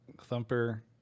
Thumper